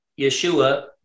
Yeshua